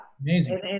amazing